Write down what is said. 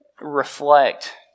reflect